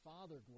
Father